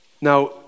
Now